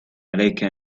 عليك